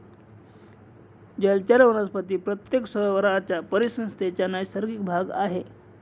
जलचर वनस्पती प्रत्येक सरोवराच्या परिसंस्थेचा नैसर्गिक भाग आहेत